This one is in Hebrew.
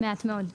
מעט מאוד.